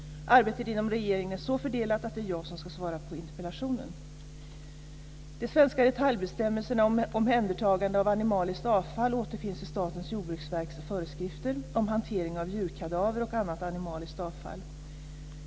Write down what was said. Arbetet inom regeringen är så fördelat att det är jag som ska svara på interpellationen. De svenska detaljbestämmelserna om omhändertagande av animaliskt avfall återfinns i Statens jordbruksverks föreskrifter om hantering av djurkadaver och annat animaliskt avfall.